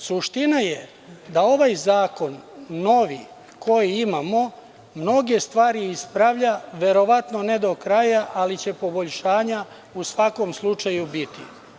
Suština je da ovaj zakon novi koji imamo mnoge stvari ispravlja, verovatno ne do kraja, ali će poboljšanja u svakom slučaju biti.